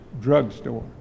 drugstore